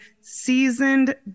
seasoned